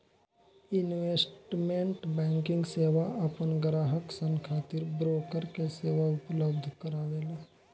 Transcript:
investment banking सेवा आपन ग्राहक सन खातिर ब्रोकर के सेवा उपलब्ध करावेला